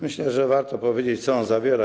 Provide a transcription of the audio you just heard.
Myślę, że warto powiedzieć, co on zawiera.